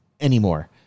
anymore